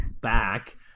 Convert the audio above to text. back